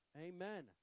Amen